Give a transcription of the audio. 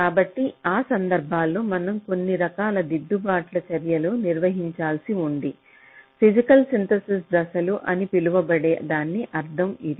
కాబట్టి ఆ సందర్భాలలో మనం కొన్ని రకాల దిద్దుబాటు చర్యలు నిర్వహించాల్సి ఉంది ఫిజికల్ సింథసిస్ దశలు అని పిలువబడే దాని అర్థం ఇది